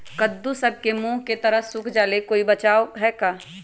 कददु सब के मुँह के तरह से सुख जाले कोई बचाव है का?